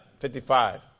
55